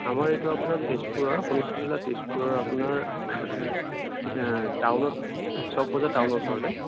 আমাৰ এইটো আপোনাৰ তেজপুৰৰ শোণিতপুৰ জিলাৰ তেজপুৰৰ আপোনাৰ টাউনত চক বজাৰ টাউনৰ ওচৰতে